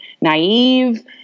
naive